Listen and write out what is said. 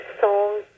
song